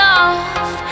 off